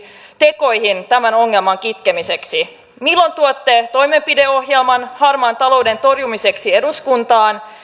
tekoihin tämän ongelman kitkemiseksi milloin tuotte toimenpideohjelman harmaan talouden torjumiseksi eduskuntaan